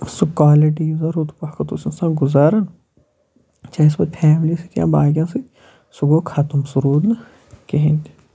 سُہ کالِٹی یُس زَن رُت وقت اوس آسان گُزاران چاہے سُہ پتہٕ فیملی سۭتۍ یا باقٕیَن سۭتۍ سُہ گوٚو ختم سُہ روٗد نہٕ کِہیٖنۍ تہِ